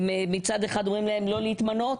מצד אחד אומרים להם לא להתמנות,